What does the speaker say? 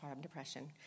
depression